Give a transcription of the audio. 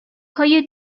های